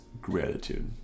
gratitude